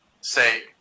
say –